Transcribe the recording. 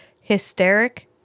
hysteric